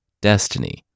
destiny